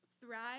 thrive